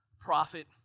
Prophet